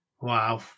Wow